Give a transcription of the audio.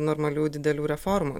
normalių didelių reformų